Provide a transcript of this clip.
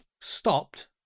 stopped